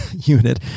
unit